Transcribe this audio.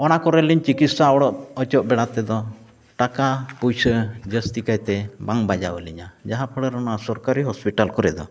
ᱚᱱᱟ ᱠᱚᱨᱮᱞᱤᱧ ᱪᱤᱠᱤᱛᱥᱟ ᱚᱪᱚᱜ ᱵᱟᱲᱟ ᱛᱮᱫᱚ ᱴᱟᱠᱟ ᱯᱩᱭᱥᱟᱹ ᱡᱟᱹᱥᱛᱤ ᱠᱟᱭᱛᱮ ᱵᱟᱝ ᱵᱟᱡᱟᱣ ᱟᱹᱞᱤᱧᱟ ᱡᱟᱦᱟᱸ ᱯᱳᱲᱟ ᱨᱮ ᱥᱚᱨᱠᱟᱨᱤ ᱦᱚᱥᱯᱤᱴᱟᱞ ᱠᱚᱨᱮ ᱫᱚ